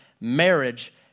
marriage